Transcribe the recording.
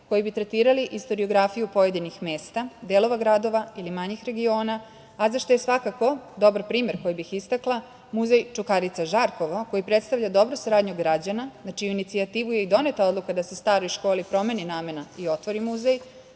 koji bi tretirali istoriografiju pojedinih mesta, delova gradova ili manjih regiona, a za šta je svakako dobar primer koji bi istakla, Muzej Čukarica-Žarkovo koji predstavlja dobru saradnju građana, na čiju inicijativu je i doneta odluka da se staroj školi promeni namena i otvori muzej